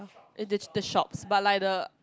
oh the the shops but like the